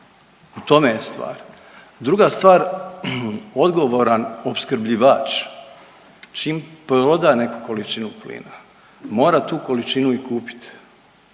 u tome je stvar. Druga stvar, odgovoran opskrbljivač čim proda neku količinu plina mora tu količinu i kupit,